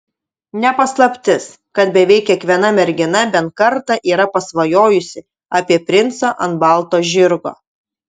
ne paslaptis kad beveik kiekviena mergina bent kartą yra pasvajojusi apie princą ant balto žirgo